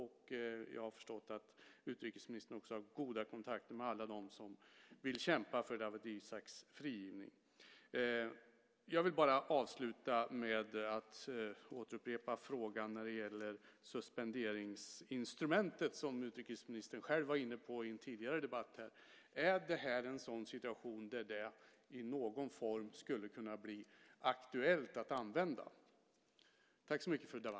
Jag har förstått att utrikesministern också har goda kontakter med alla dem som vill kämpa för Dawit Isaaks frigivning. Jag vill avsluta med att återupprepa frågan om suspenderingsinstrumentet som utrikesministern själv var inne på i en tidigare debatt här. Är det här en sådan situation där det skulle kunna bli aktuellt att använda det i någon form?